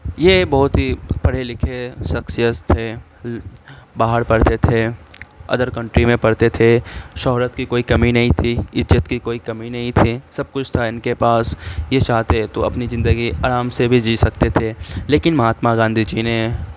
یہ بہت ہی پڑھے لکھے سکسیس تھے باہر پڑھتے تھے ادر کنٹری میں پڑھتے تھے شہرت کی کوئی کمی نہیں تھی عزت کی کوئی کمی نہیں تھی سب کچھ تھا ان کے پاس یہ چاہتے تو اپنی زندگی آرام سے بھی جی سکتے تھے لیکن مہاتما گاندھی جی نے